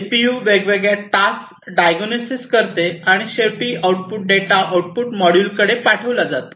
CPU वेगवेगळ्या task diagnosis करते आणि शेवटी आउटपुट डेटा आउटपुट मॉड्यूल कडे लिहिला जातो